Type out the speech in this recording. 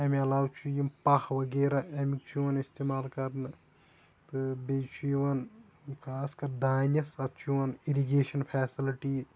امہِ علاوٕ چھُ یِم پاہہ وَغیرہ امیُک چھُ یِوان اِستِمال کرنہِ تہٕ بیٚیہ چھُ یِوان خاص کر دانٮ۪س اَتھ چھُ یِوان اِرِگیشَن فیسَلِٹی